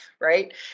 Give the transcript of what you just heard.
right